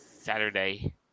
Saturday